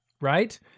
right